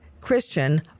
Christian